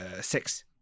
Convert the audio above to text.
six